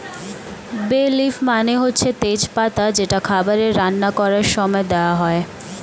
বে লিফ মানে হচ্ছে তেজ পাতা যেটা খাবারে রান্না করার সময়ে দেওয়া হয়